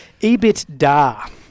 EBITDA